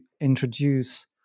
introduce